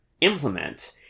implement